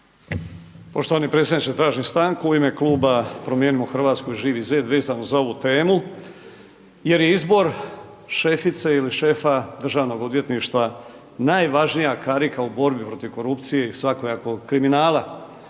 Poštovani predsjedniče. Tražim stanku u ime kluba Promijenimo Hrvatsku i Živi zid vezano za ovu temu jer je izbor šefice ili šefa DORH-a najvažnija karika u borbi protiv korupcije i svakojakog kriminala.